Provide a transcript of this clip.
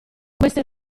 queste